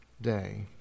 day